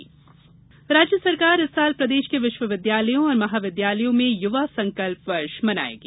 संकल्प वर्ष राज्य सरकार इस साल प्रदेश के विश्वविद्यालयों और महाविद्यालयों में युवा संकल्प वर्ष मनाएगी